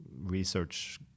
research